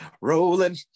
rolling